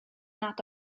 nad